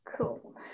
Cool